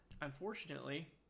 Unfortunately